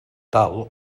tal